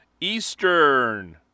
Eastern